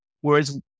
Whereas